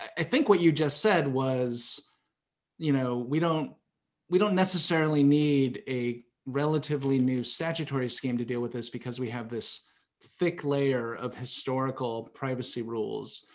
i think what you just said was you know we don't we don't necessarily need a relatively new statutory scheme to deal with this because we have this thick layer of historical privacy rules.